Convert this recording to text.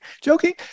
Joking